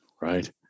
right